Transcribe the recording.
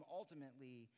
ultimately